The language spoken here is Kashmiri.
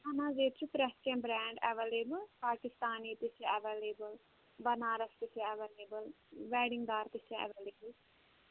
ہا نہَ حظ ییٚتہِ چھُ پرٛتھ کیٚنٛہہ برٛینٛڈ ایٚویلیبٕل پٲکِستانی تہِ چھِ ایٚویلیبٕل بَنارَس تہِ چھُ ایٚویلیبٕل ویٚڈِنٛگ دار تہِ چھِ ایٚویلیبٕل